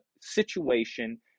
situation